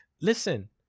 Listen